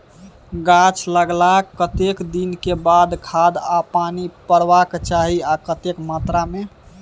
गाछ लागलाक कतेक दिन के बाद खाद आ पानी परबाक चाही आ कतेक मात्रा मे?